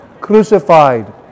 crucified